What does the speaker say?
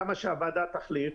כמה שהוועדה תחליט,